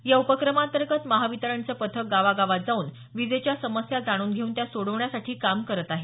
या उपक्रमाअंतर्गत महावितरणचे पथक गावागावात जाऊन विजेच्या समस्या जाणून घेऊन त्या सोडवण्यासाठी काम करत आहेत